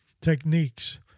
Techniques